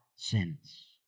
sins